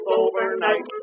overnight